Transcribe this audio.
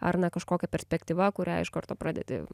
ar na kažkokia perspektyva kurią iš karto pradedi